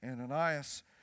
Ananias